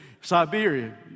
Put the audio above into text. Siberia